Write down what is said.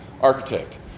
architect